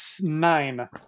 Nine